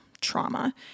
trauma